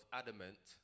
adamant